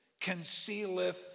concealeth